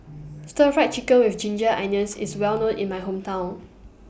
Stir Fried Chicken with Ginger Onions IS Well known in My Hometown